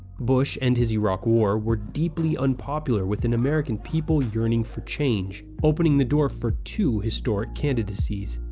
bush and his iraq war were deeply unpopular with an american people yearning for change, opening the door for two historic candidacies.